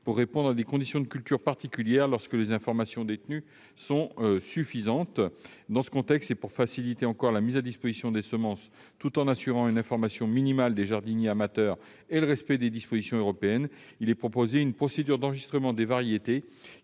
pour répondre à des conditions de culture particulières lorsque les informations détenues sont suffisantes. Dans ce contexte, et afin de faciliter encore la mise à disposition de ces semences tout en assurant une information minimale des jardiniers amateurs et le respect des dispositions européennes, il est proposé une procédure d'enregistrement des variétés